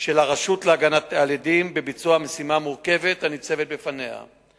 של הרשות להגנה על עדים בביצוע המשימה המורכבת הניצבת בפניה.